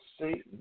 Satan